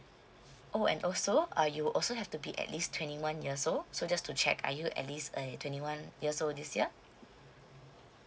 oh and also uh you also have to be at least twenty one years old so just to check are you at least uh twenty one years old this year